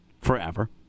forever